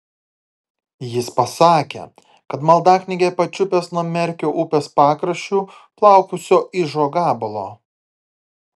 jis pasakė kad maldaknygę pačiupęs nuo merkio upės pakraščiu plaukusio ižo gabalo